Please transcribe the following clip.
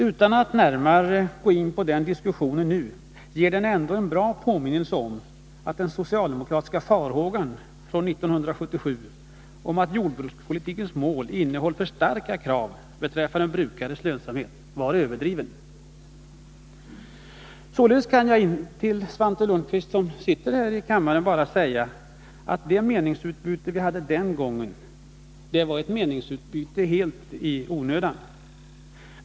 Utan att man närmare går in på den diskussionen nu ger den ändå en bra påminnelse om att den socialdemokratiska farhågan från 1977 om att jordbrukspolitikens mål innehöll för starka krav beträffande jordbrukets lönsamhet var överdriven. Således kan jag till Svante Lundkvist, som sitter här i kammaren, bara säga att det meningsutbyte vi den gången hade var ett meningsutbyte helt i onödan.